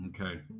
okay